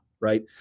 Right